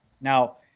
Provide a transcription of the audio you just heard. now